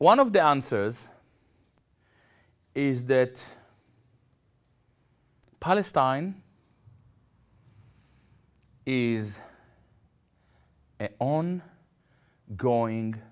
one of the answers is that palestine is own growing